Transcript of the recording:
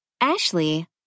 Ashley